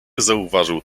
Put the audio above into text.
zauważył